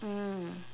mm